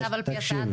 תקשיבי.